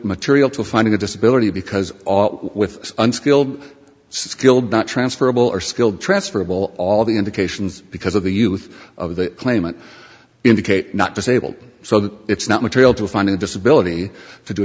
material to finding a disability because with unskilled skilled not transferable or skilled transferable all the indications because of the youth of the claimant indicate not disabled so that it's not material to finding disability to do